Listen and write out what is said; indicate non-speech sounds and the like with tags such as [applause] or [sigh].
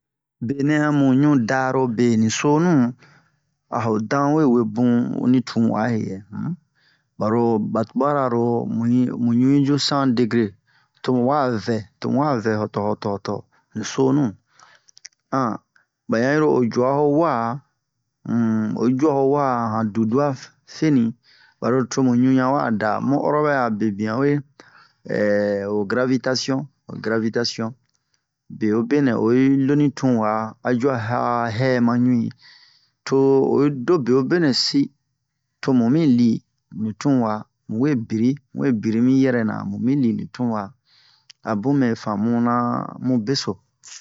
benɛ a mu ɲu darobe mu sonu a ho dan we webun ni tun wa he yɛ um baro ba tubara lo mu ɲu'i mu ɲu yi ju san degre tomu wa vɛ tomu wa vɛ do'o do'o ni sonu [hesitation] ba yan yiro ho jua ho wa um oyi jua ho wa han dudu'a feni baro tomu ɲu ɲa wada mu oro bɛ'a bebian uwe [hesitation] ho gravitasion ho gravitasion bewobenɛ oyi loni tun wa a jua ha hɛ ma ɲu'i to oyi do bewobenɛ si to mu mi li ni tun wa mu we biri mu we biri mi yɛrɛna mu mi li mu tun wa a mɛ famuna mu beso